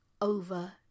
over